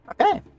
Okay